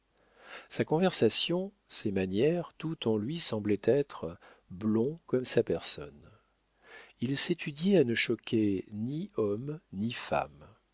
sa conversation ses manières tout en lui semblait être blond comme sa personne il s'étudiait à ne choquer ni homme ni femme